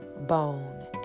bone